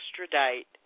extradite